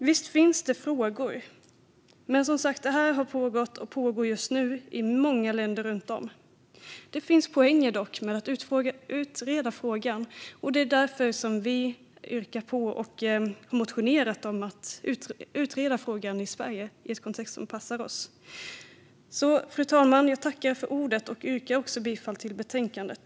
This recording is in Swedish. Visst finns frågor, men det här har pågått, och pågår just nu, i många länder. Det finns dock poänger med att utreda frågan, och det är därför vi har motionerat om att utreda frågan i Sverige i en kontext som passar oss. Fru talman! Jag yrkar bifall till förslaget i betänkandet.